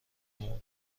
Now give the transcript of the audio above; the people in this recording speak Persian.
چندین